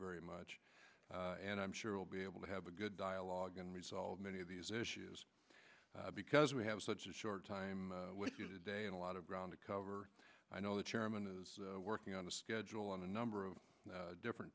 very much and i'm sure we'll be able to have a good dialogue and resolve many of these issues because we have such a short time with you today and a lot of ground to cover i know the chairman is working on the schedule on a number of different